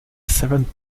servant